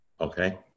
Okay